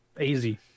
easy